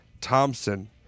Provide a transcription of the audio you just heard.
Thompson